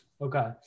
Okay